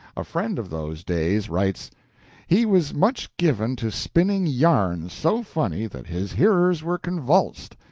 a friend of those days writes he was much given to spinning yarns so funny that his hearers were convulsed,